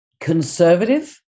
conservative